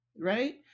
right